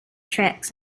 tricks